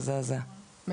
מזעזע.